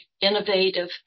innovative